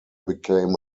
became